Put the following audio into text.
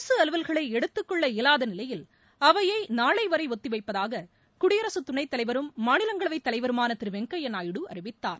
அரசு அலுவல்களை எடுத்துக்கொள்ள இயலாத நிலையில் அவையை நாளை வரை ஒத்திவைப்பதாக குடியரசுத் துணை தலைவரும் மாநிலங்களவை தலைவருமான திரு வெங்கய்யா நாயுடு அறிவித்தார்